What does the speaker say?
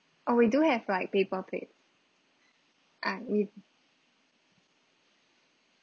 oh we do have like paper plate ah we